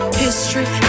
history